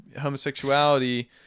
homosexuality